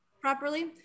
properly